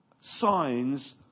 signs